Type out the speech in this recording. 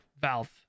valve